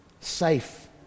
safe